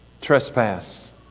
trespass